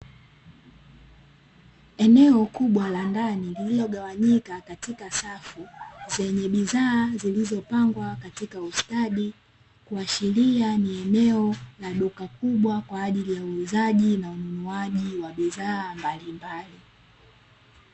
Eneo kubwa la ndani lililogawanyika katika safu, zenye bidhaa zilizopangwa katika ustadi kuashiria ni eneo la duka kubwa kwaajili ya uuzaji na ununuaji wa bidhaa mbalimbali.